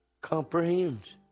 comprehends